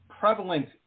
prevalent